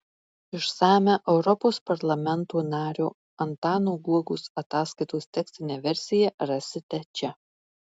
išsamią europos parlamento nario antano guogos ataskaitos tekstinę versiją rasite čia